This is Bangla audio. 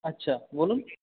আচ্ছা বলুন